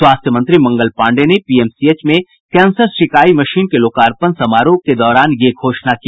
स्वास्थ्य मंत्री मंगल पांडेय ने पीएमसीएच में कैंसर सिंकाई मशीन के लोकार्पण समारोह के दौरान यह घोषणा की